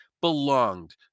belonged